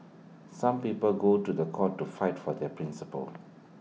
some people go to The Court to flight for their principles